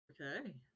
Okay